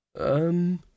Um